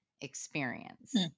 experience